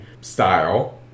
style